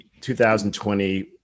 2020